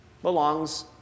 belongs